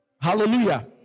Hallelujah